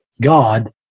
God